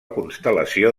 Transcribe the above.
constel·lació